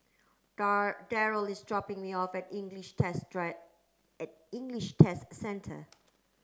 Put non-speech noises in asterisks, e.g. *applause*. *unintelligible* Darryle is dropping me off at English Test Drive *unintelligible* English Test Centre